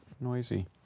noisy